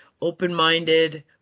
open-minded –